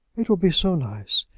it will be so nice!